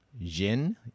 Jin